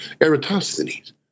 Eratosthenes